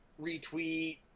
retweet